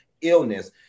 illness